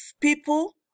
people